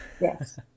Yes